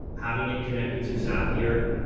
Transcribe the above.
having it connected through zapier,